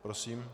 Prosím.